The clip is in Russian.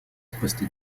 спасти